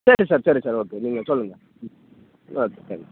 சரி சார் சரி sir okay நீங்கள் சொல்லுங்கள் ஓகே தேங்க் யூ